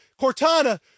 Cortana